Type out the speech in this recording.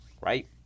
Right